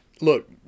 look